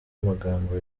amagambo